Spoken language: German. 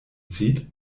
zieht